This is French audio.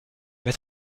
peut